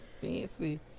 fancy